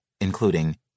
including